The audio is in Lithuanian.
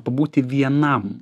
pabūti vienam